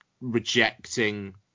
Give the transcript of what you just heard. rejecting